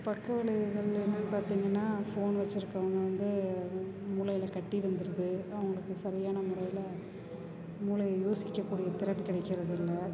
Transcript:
பக்க விளைவுகள் என்னன்னு பார்த்திங்கன்னா ஃபோன் வைச்சிருக்கவங்க வந்து மூளையில் கட்டி வந்துடுது அவங்களுக்கு சரியான முறையில் மூளை யோசிக்கக்கூடிய திறன் கிடைக்கிறதில்ல